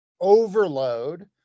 overload